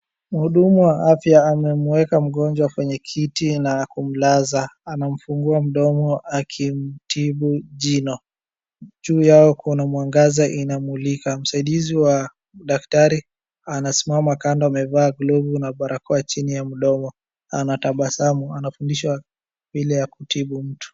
Mhudumu wa afya amemweka mgonjwa kwenye kiti na kumlaza. Anamfungua mdomo akimtibu jino. Juu yao kuna mwangaza inamulika. Msaidizi wa daktari anasimama kando amevaa glovu na barakoa chini ya mdomo, anatabasamu, anafundishwa vile ya kutibu mtu.